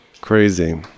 crazy